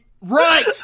Right